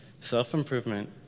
Self-improvement